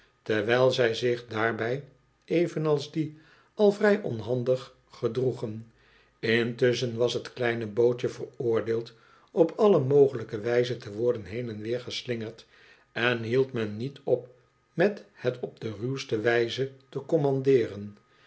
terwijl zij zich daarbij evenals die al vrij onhandig gedroegen intusschen was het kleine bootje veroordeeld op alle mogelijke wijze te worden heen en weer geslingerd en hield men niet op met het op de ruwste wijze te commandeeren